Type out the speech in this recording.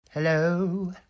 hello